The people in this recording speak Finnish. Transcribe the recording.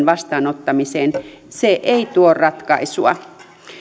vastaanottamiseen se ei tuo ratkaisua